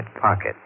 pocket